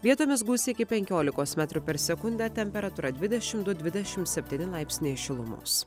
vietomis bus iki penkiolikos metrų per sekundę temperatūra dvidešim du dvidešim septyni laipsniai šilumos